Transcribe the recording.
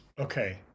Okay